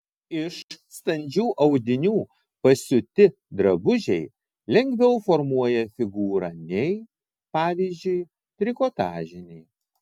iš standžių audinių pasiūti drabužiai lengviau formuoja figūrą nei pavyzdžiui trikotažiniai